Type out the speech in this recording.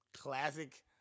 classic